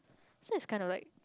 so it's kind of like